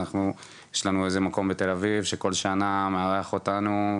יש לנו איזה מקום בתל אביב שכל שנה מארח אותנו,